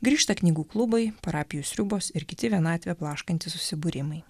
grįžta knygų klubai parapijų sriubos ir kiti vienatvę blaškantys susibūrimai